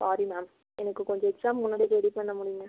sorry ma'am எனக்கு கொஞ்சம் எக்ஸாமுக்கு முன்னாடியே ரெடி பண்ண முடியுமா